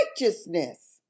righteousness